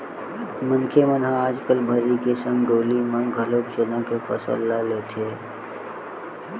मनखे मन ह आजकल भर्री के संग डोली म घलोक चना के फसल ल लेथे